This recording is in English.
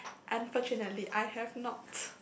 unfortunately I have not